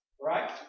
right